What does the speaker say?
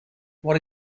what